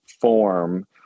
form